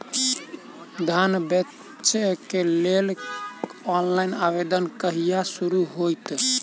धान बेचै केँ लेल ऑनलाइन आवेदन कहिया शुरू हेतइ?